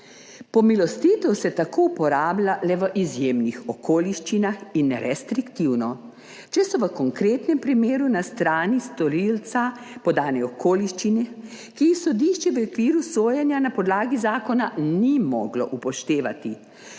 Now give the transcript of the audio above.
Pomilostitev se tako uporablja le v izjemnih okoliščinah in restriktivno, če so v konkretnem primeru na strani storilca podane okoliščine, ki jih sodišče v okviru sojenja na podlagi zakona ni moglo upoštevati,